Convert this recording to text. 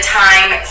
time